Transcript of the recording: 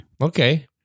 Okay